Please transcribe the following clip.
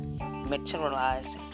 materialized